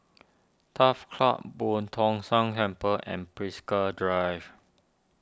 Turf Club Boo Tong San Temple and Drive